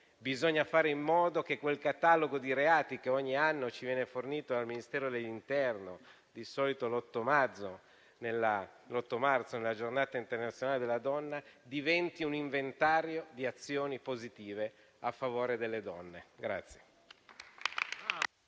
Bisogna fare in modo che quel catalogo di reati che ogni anno ci viene fornito dal Ministero dell'interno, di solito l'8 marzo nella Giornata internazionale della donna, diventi un inventario di azioni positive a favore delle donne.